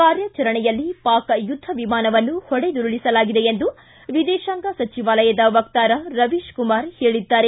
ಕಾರ್ಯಾಚರಣೆಯಲ್ಲಿ ಪಾಕ್ ಯುದ್ಧ ವಿಮಾನವನ್ನು ಹೊಡೆದುರುಳಿಸಲಾಗಿದೆ ಎಂದು ವಿದೇಶಾಂಗ ಸಚಿವಾಲಯದ ವಕ್ತಾರ ರವೀಶ್ ಕುಮಾರ್ ತಿಳಿಸಿದ್ದಾರೆ